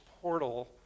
portal